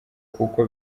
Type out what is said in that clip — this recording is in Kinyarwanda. kuko